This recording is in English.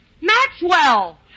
Maxwell